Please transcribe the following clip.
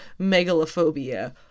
megalophobia